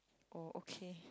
oh okay